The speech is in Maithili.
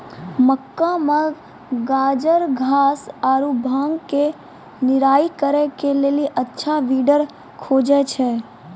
मक्का मे गाजरघास आरु भांग के निराई करे के लेली अच्छा वीडर खोजे छैय?